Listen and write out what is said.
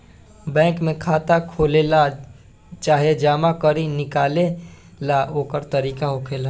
bank में खाता खोलेला चाहे जमा करे निकाले ला ओकर तरीका होखेला